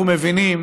אנחנו מבינים